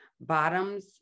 Bottoms